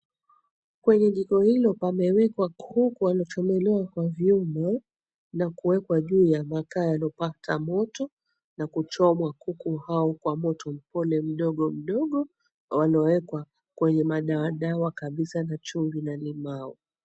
Kwenye jiko hilo pamewekwa kuku waliochomelewa kwa viungo na kuwekwa juu ya makaa yaliyopata moto, na kuchomwa kuku hao kwa moto mpole mdogo mdogo waliowekwa kwenye madawadawa kabisa na chumvi na limau.